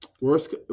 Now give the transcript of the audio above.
Worst